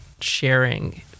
sharing